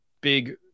big